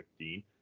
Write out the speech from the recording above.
2015